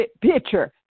picture